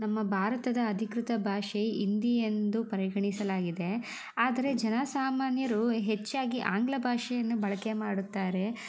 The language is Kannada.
ನಮ್ಮ ಭಾರತದ ಅಧಿಕೃತ ಭಾಷೆ ಹಿಂದಿ ಎಂದು ಪರಿಗಣಿಸಲಾಗಿದೆ ಆದರೆ ಜನಸಾಮಾನ್ಯರು ಹೆಚ್ಚಾಗಿ ಆಂಗ್ಲ ಭಾಷೆಯನ್ನು ಬಳಕೆ ಮಾಡುತ್ತಾರೆ